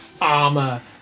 armor